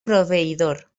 proveïdor